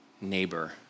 neighbor